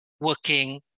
working